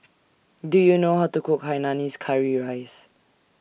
Do YOU know How to Cook Hainanese Curry Rice